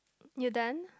you done